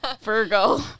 Virgo